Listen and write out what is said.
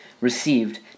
received